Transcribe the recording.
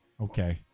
Okay